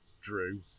Drew